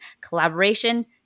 collaboration